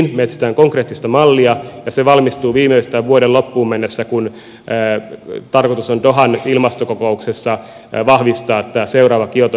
me etsimme konkreettista mallia ja se valmistuu viimeistään vuoden loppuun mennessä kun tarkoitus on dohan ilmastokokouksessa vahvistaa tämä seuraava kioton neuvottelukausi